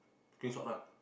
screenshot lah